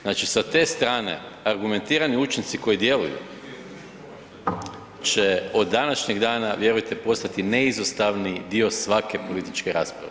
Znači sa te strane argumentirani učinci koji djeluju će od današnjeg dana vjerujte postati neizostavni dio svake političke rasprave.